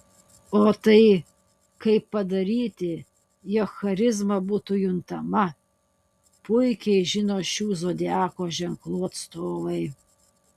o tai kaip padaryti jog charizma būtų juntama puikiai žino šių zodiako ženklų atstovai